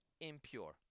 impure